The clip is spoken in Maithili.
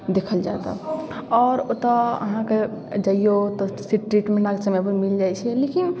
देखल जाएत आओर ओतऽ अहाँके जइऔ ओतऽ सीट तीट मिलबाके समयपर मिल जाइ छै लेकिन